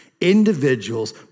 individuals